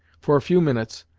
for a few minutes,